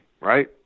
right